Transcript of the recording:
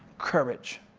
courage,